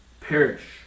perish